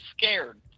scared